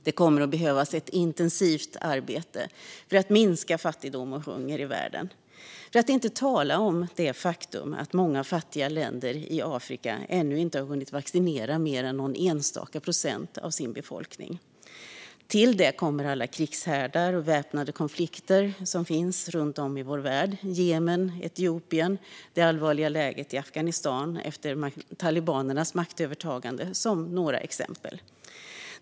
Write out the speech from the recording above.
Det kommer att behövas ett intensivt arbete för att minska fattigdom och hunger i världen. För att inte tala om det faktum att många fattiga länder i Afrika ännu inte har hunnit vaccinera mer än några enstaka procent av sina befolkningar. Till detta kommer alla krigshärdar och väpnade konflikter som finns runt om i vår värld, till exempel Jemen och Etiopien, och det allvarliga läget i Afghanistan efter talibanernas maktövertagande.